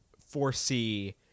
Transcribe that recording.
foresee